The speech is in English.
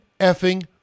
effing